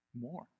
more